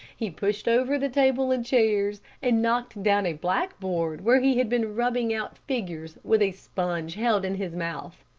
he pushed over the table and chairs, and knocked down a blackboard where he had been rubbing out figures with a sponge held in his mouth.